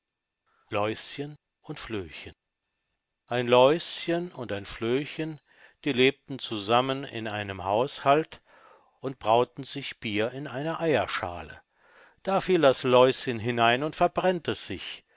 läuschen und flöhchen ein läuschen und ein flöhchen die lebten zusammen in einem haushalt und brauten sich bier in einer eierschale da fiel das läuschen hinein und verbrennte sich